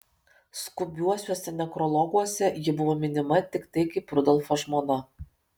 skubiuosiuose nekrologuose ji buvo minima tiktai kaip rudolfo žmona